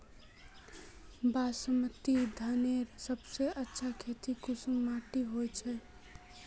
बासमती धानेर सबसे अच्छा खेती कुंसम माटी होचए?